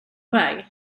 väg